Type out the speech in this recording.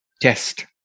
test